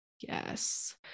Yes